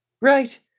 Right